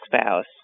spouse